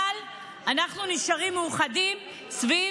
אבל אנחנו נשארים מאוחדים סביב,